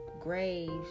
graves